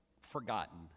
forgotten